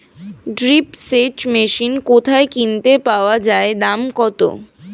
Drip সেচ machine কোথায় কিনতে পাওয়া যায় দাম কত?